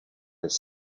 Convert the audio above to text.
this